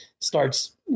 starts –